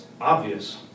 Obvious